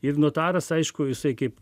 ir notaras aišku jisai kaip